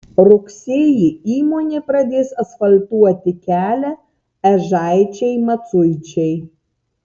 rugsėjį įmonė pradės asfaltuoti kelią ežaičiai maciuičiai